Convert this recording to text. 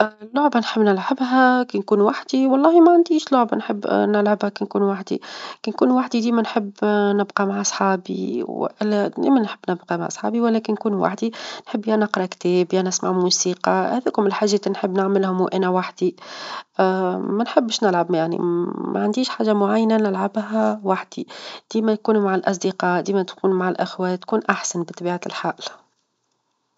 ا لعبة نحب نلعبها كي نكون وحدي، والله ما عنديش لعبة نحب نلعبها كي نكون وحدي، كي نكون وحدي -ديما نحب نبقى مع صحابي- ديما نحب نبقى مع صحابي، ولكن نكون وحدي نحب يا نقرا، يا نسمع موسيقى هذوكم الحاجات اللي نحب نعملهم وأنا وحدي، ما نحبش نلعب يعني ما عنديش حاجة معينه نلعبها وحدي، ديما يكون مع الأصدقاء، ديما تكون مع الأخوات، تكون أحسن بطبيعة الحال.